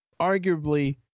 arguably